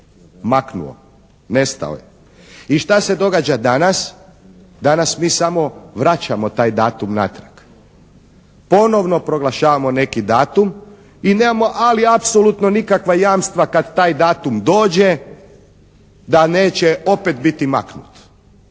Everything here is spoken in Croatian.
maknuo, nestao je. I šta se događa danas? Danas mi samo vraćamo taj datum natrag. Ponovno proglašavamo neki datum i nemamo ali apsolutno nikakva jamstva kad taj datum dođe da neće opet biti maknut.